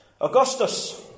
Augustus